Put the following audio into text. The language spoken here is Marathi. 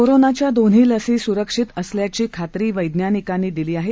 कोरोनाच्या दोन्ही लसी सुरक्षित असल्याची खात्री वैज्ञानिकांनी दिली आहे